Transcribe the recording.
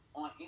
on